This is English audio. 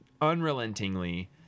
unrelentingly